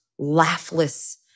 laughless